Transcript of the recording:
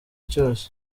cyose